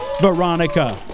Veronica